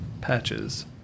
Patches